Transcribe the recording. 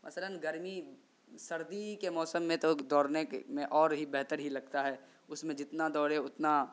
مثلاً گرمی سردی کے موسم میں تو دوڑنے میں اور ہی بہتر ہی لگتا ہے اس میں جتنا دوڑے اتنا